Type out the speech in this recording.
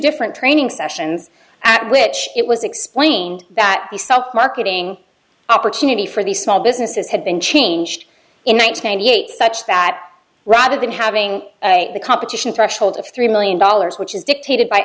different training sessions at which it was explained that the self marketing opportunity for the small businesses had been changed in one thousand and yet such that rather than having the competition threshold of three million dollars which is dictated by